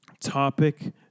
Topic